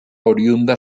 oriunda